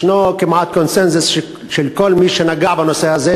ישנו כמעט קונסנזוס של כל מי שנגע בנושא הזה,